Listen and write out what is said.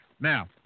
Now